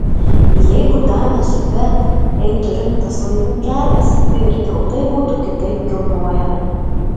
jeigu danės upe eitų rimtas laivų kelias tai ir tiltai būtų kitaip kilnojami